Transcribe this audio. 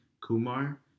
Kumar